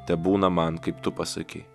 tebūna man kaip tu pasakei